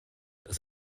das